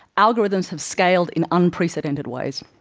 algorithms have scaled in unprecedented ways.